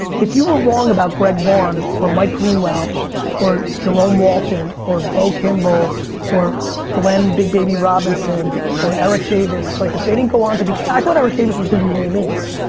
if you were wrong about greg vaughn or mike greenwell or jerome walton or bo kimble or glen big baby robinson or eric davis, like if they didn't go on to be, i thought eric davis was gonna be willie mays.